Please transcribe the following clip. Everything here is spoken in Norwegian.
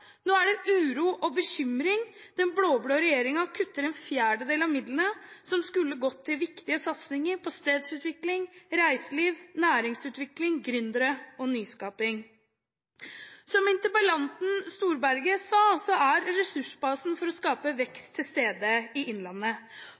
Nå er det uro og bekymring. Den blå-blå regjeringen kutter en fjerdedel av midlene som skulle gått til viktige satsinger på stedsutvikling, reiseliv, næringsutvikling, gründere og nyskaping. Som interpellanten, Storberget, sa, er ressursbasen for å skape